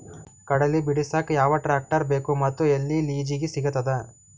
ಕಡಲಿ ಬಿಡಸಕ್ ಯಾವ ಟ್ರ್ಯಾಕ್ಟರ್ ಬೇಕು ಮತ್ತು ಎಲ್ಲಿ ಲಿಜೀಗ ಸಿಗತದ?